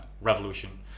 revolution